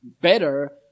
better